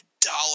dollar